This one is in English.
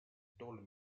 told